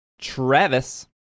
travis